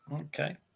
okay